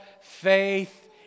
faith